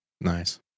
Nice